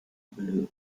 blue